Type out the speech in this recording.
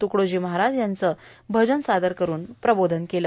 तुकडोजी महाराज यांची भजनं सादर करून प्रबोधन केलं